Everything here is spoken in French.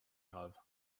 graves